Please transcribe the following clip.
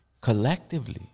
collectively